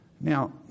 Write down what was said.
Now